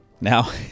Now